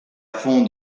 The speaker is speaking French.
fond